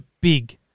big